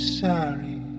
sorry